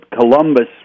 Columbus